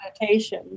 meditation